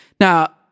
Now